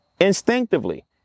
Instinctively